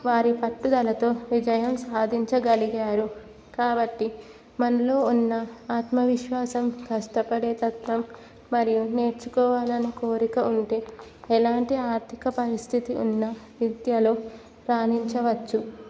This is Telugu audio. వారి పట్టుదలతో విజయం సాధించగలిగారు కాబట్టి మనలో ఉన్న ఆత్మవిశ్వాసం కష్టపడే తత్వం మరియు నేర్చుకోవాలని కోరిక ఉంటే ఎలాంటి ఆర్థిక పరిస్థితి ఉన్న విద్యలో రాణించవచ్చు